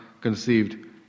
conceived